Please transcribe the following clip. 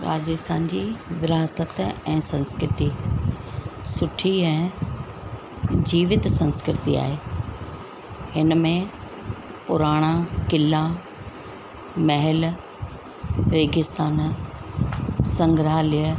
राजस्थान जी विरासत ऐं संस्कृती सुठी ऐं जीवित संस्कृती आहे हिन में पुराणा क़िला महल रेगिस्तान संग्रहालय